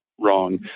wrong